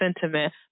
sentiment